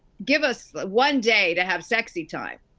give us one day to have sexy time.